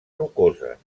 rocoses